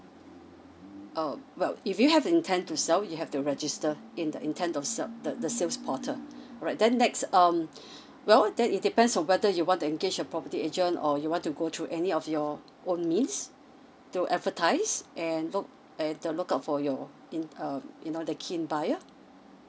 err well if you have an intend to sell you have to register in the intend of sell the the sales portal alright then next um well that it depends on whether you want to engage a property agent or you want to go through any of your own means to advertise and look and to look out for your in err you know the keen buyer